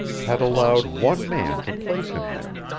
had allowed one man to place him there.